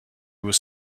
was